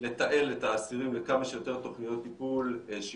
לתעל את האסירים לכמה שיותר תוכניות שיקום,